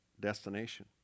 destination